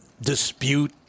dispute